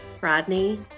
rodney